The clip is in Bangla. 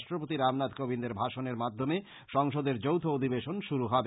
রাষ্ট্রপতি রামনাথ কোবিন্দের ভাষনের মাধ্যমে সংসদের যৌথ অধিবেশন শুরু হবে